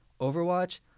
Overwatch